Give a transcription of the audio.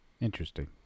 Interesting